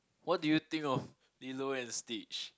what do you think of Lilo and Stitch